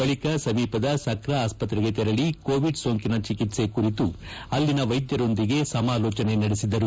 ಬಳಕ ಸಮೀಪದ ಸಕ್ರಾ ಆಸ್ಪತ್ರೆಗೆ ತೆರಳಿ ಕೋವಿಡ್ ಸೋಂಕಿನ ಚಿಕಿತ್ಸೆ ಕುರಿತು ಅಲ್ಲಿನ ವೈದ್ಯರೊಂದಿಗೆ ಸಮಾಲೋಚನೆ ನಡೆಸಿದರು